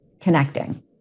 connecting